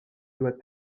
doit